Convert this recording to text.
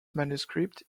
manuscript